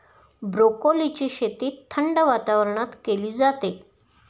ब्रोकोलीची शेती थंड वातावरणात केली जाते